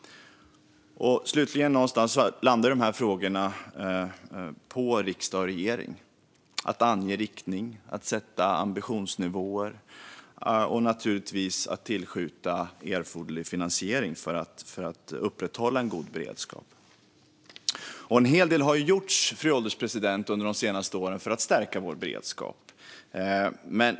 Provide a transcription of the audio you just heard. Slutligen landar det hos riksdag och regering att ange riktning, sätta ambitionsnivåer och, givetvis, tillskjuta erforderlig finansiering för att upprätthålla en god beredskap. Fru ålderspresident! En hel del har gjorts under de senaste åren för att stärka vår beredskap.